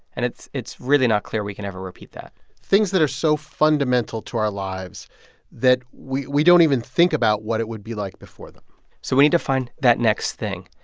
and it's it's really not clear we can ever repeat that things that are so fundamental to our lives that we we don't even think about what it would be like before them so we need to find that next thing,